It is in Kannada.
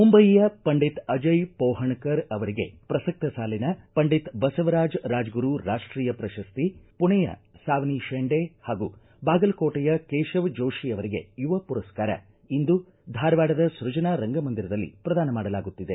ಮುಂಬೈಯಿಯ ಪಂಡಿತ ಅಜಯ್ ಮೋಹಣಕರ್ ಅವರಿಗೆ ಪ್ರಸಕ್ತ ಸಾಲಿನ ಪಂಡಿತ ಬಸವರಾಜ ರಾಜಗುರು ರಾಷ್ಷೀಯ ಪ್ರಶಸ್ತಿ ಮಣೆಯ ಸಾವನಿ ಶೇಂಡೆ ಹಾಗೂ ಬಾಗಲಕೋಟೆಯ ಕೇಶವ ಜೋಶಿ ಅವರಿಗೆ ಯುವ ಮರಸ್ಕಾರ ಇಂದು ಧಾರವಾಡದ ಸೃಜನಾ ರಂಗಮಂದಿರದಲ್ಲಿ ಪ್ರದಾನ ಮಾಡಲಾಗುತ್ತಿದೆ